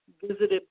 visited